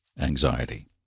anxiety